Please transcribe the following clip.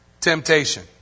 temptation